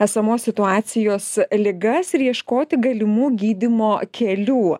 esamos situacijos ligas ir ieškoti galimų gydymo kelių